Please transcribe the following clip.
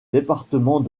département